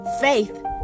Faith